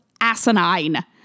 asinine